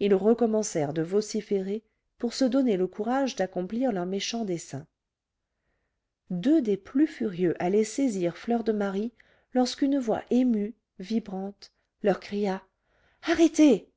ils recommencèrent de vociférer pour se donner le courage d'accomplir leurs méchants desseins deux des plus furieux allaient saisir fleur de marie lorsqu'une voix émue vibrante leur cria arrêtez